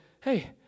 hey